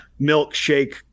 milkshake